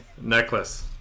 necklace